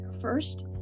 first